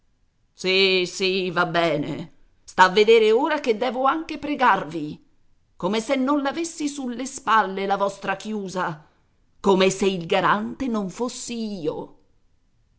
sì sì va bene sta a vedere ora che devo anche pregarvi come se non l'avessi sulle spalle la vostra chiusa come se il garante non fossi io